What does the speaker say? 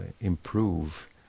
improve